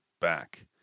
back